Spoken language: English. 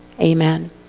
Amen